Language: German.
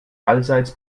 allseits